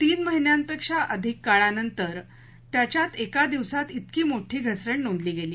तीन महिन्यांपेक्षा अधिक काळानंतर त्याच्यात एका दिवसात इतकी मोठी घसरण नोंदली गेली